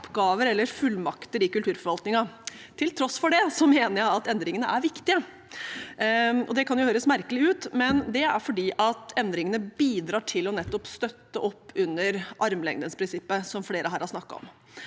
oppgaver eller fullmakter i kulturforvaltningen. Til tross for det mener jeg at endringene er viktige. Det kan jo høres merkelig ut, men det er fordi endringene bidrar til å støtte opp under armlengdesprinsippet, som flere her har snakket om.